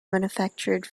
manufactured